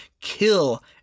kill